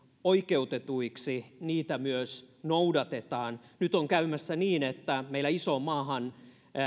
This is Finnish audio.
oikeutetuiksi myös noudatetaan nyt on käymässä niin että meillä isoon maahan